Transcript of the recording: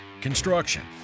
construction